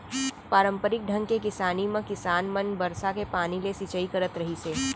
पारंपरिक ढंग के किसानी म किसान मन बरसा के पानी ले सिंचई करत रहिस हे